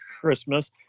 Christmas